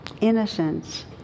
innocence